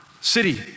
city